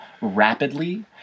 rapidly